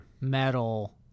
metal